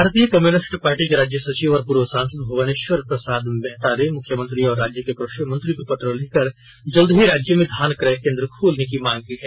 भारतीय communist party के राज्य सचिव और पूर्व सांसद भुनेश्वर प्रसाद मेहता ने मुख्यमंत्री एवं राज्य के कृषि मंत्री को पत्र लिखकर जल्द ही राज्य में धान क्रय केंद्र खोलने की मांग की है